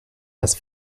las